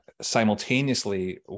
simultaneously